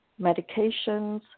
medications